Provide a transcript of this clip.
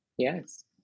Yes